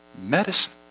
medicine